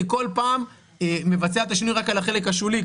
אני כל פעם מבצע את השינוי רק על החלק השולי,